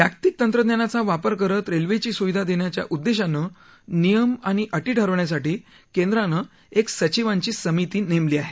जागतिक तंत्रज्ञानाचा वापर करत रेल्वेची सुविधा देण्याच्या उद्देशानं नियम आणि अटी ठरवण्यासाठी केंद्रानं एक सचिवांची समिती नेमली आहे